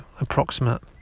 approximate